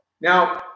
Now